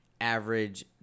average